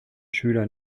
schüler